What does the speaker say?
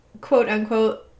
quote-unquote